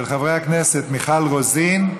של חברי הכנסת מיכל רוזין,